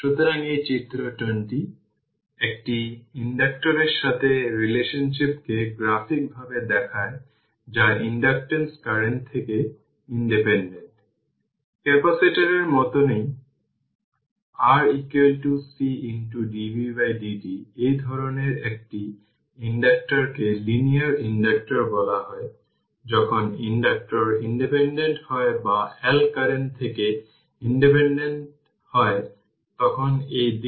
সুতরাং এই কারণেই r v cq 0 20 ভোল্ট এবং v0 v cq 0 20 ভোল্ট কারণ এটি equivalent circuit source free RC circuit এবং এটি 4 মাইক্রো ফ্যারাড এবং এটি 250 কিলো Ω